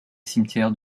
cimetière